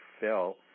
fell